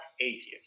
atheist